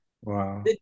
Wow